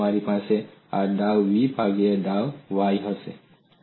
અને તમારી પાસે આ ડાઉ v ભાગ્યા ડાઉ y હશે